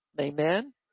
amen